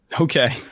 Okay